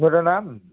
मेरो नाम